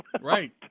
Right